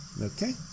okay